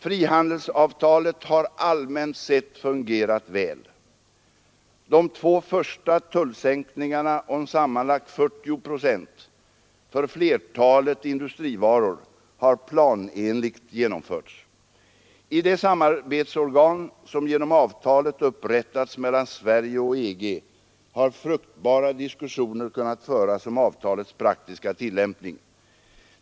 Frihandelsavtalet har allmänt sett fungerat väl. De två första tullsänkningarna om sammanlagt 40 procent för flertalet industrivaror har planenligt genomförts. I det samarbetsorgan som genom avtalet upprättats mellan Sverige och EG har fruktbara diskussioner kunnat föras om avtalets praktiska tillämpning.